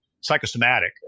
psychosomatic